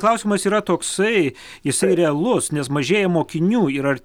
klausimas yra toksai jisai realus nes mažėja mokinių ir ar